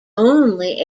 only